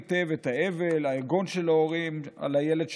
היטב את האבל והיגון של ההורים על הילד שנעלם,